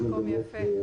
מקום יפה.